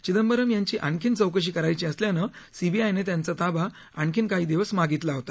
चिदंबरम् यांची आणखी चौकशी करायची असल्यानं सीबीआयने त्यांचा ताबा आणखी काही दिवस मागितला होता